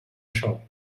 shop